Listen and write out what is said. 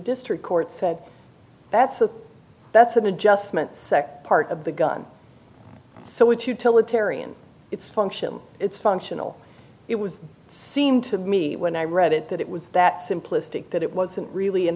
district court said that's a that's an adjustment sec part of the gun so it's utilitarian it's function it's functional it was seemed to me when i read it that it was that simplistic that it wasn't really an